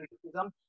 criticism